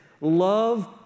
love